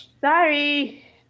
sorry